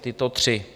Tato tři.